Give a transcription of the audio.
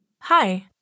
Hi